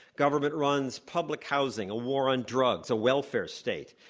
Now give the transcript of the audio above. government runs public housing, a war on drugs, a welfare state.